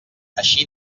així